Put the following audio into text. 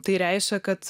tai reiškia kad